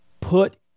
put